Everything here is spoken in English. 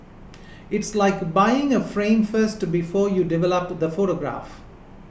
it's like buying a frame first before you develop the photograph